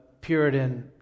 Puritan